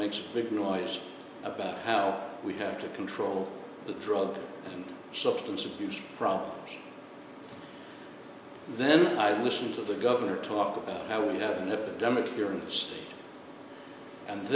makes a big noise about how we have to control the drug and substance abuse problem then i listen to the governor talk about how we have an epidemic here in the city and